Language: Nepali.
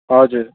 हजुर